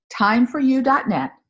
timeforyou.net